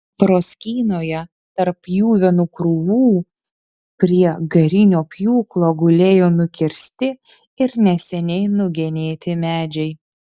proskynoje tarp pjuvenų krūvų prie garinio pjūklo gulėjo nukirsti ir neseniai nugenėti medžiai